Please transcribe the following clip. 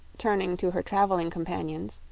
turning to her traveling companions,